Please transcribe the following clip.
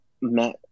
met